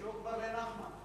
שיקראו כבר לנחמן.